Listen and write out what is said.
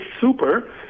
super